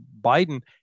Biden